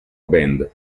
band